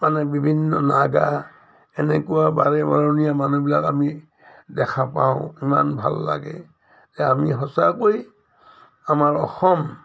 মানে বিভিন্ন নগা এনেকুৱা বাৰে বৰণীয়া মানুহবিলাক আমি দেখা পাওঁ ইমান ভাল লাগে এ আমি সঁচাকৈ আমাৰ অসম